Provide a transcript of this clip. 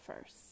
first